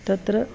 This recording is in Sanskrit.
तत्र